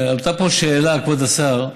עלתה פה שאלה, כבוד השר,